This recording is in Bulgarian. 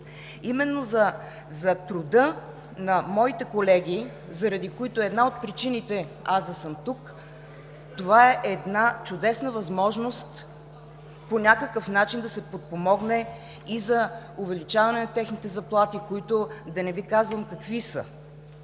Именно за труда на моите колеги, заради които е една от причините аз да съм тук, това е една чудесна възможност по някакъв начин да се подпомогне и увеличаването на техните заплати. Да не Ви казвам какви са,